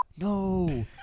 No